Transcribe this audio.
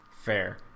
fair